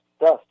Dust